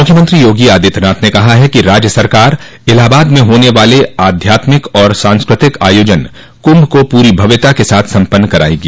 मुख्यमंत्री योगी आदित्यनाथ ने कहा है कि राज्य सरकार इलाहाबाद में होने वाले आध्यात्मिक और सांस्कृतिक आयोजन कुंभ को पूरी भव्यता के साथ सम्पन्न करायेगी